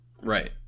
Right